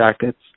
Jackets